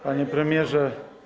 Panie Premierze!